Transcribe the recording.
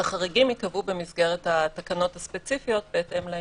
החריגים ייקבעו במסגרת התקנות הספציפיות בהתאם לעניין.